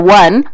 one